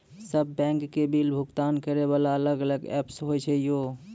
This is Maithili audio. सब बैंक के बिल भुगतान करे वाला अलग अलग ऐप्स होय छै यो?